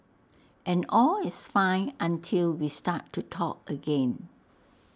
and all is fine until we start to talk again